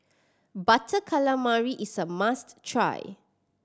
Butter Calamari is a must try